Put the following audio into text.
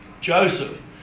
Joseph